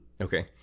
Okay